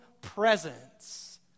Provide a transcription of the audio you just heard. presence